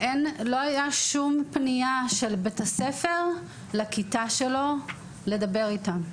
לא היה שום פנייה של בית הספר לכיתה שלו לדבר איתם.